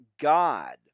god